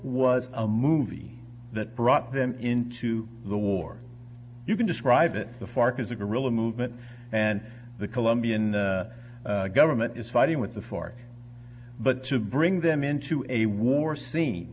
was a movie that brought them into the war you can describe it the fark is a guerilla movement and the colombian government is fighting with the fork but to bring them into a war scen